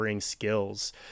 skills